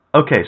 Okay